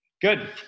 Good